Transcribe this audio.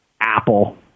Apple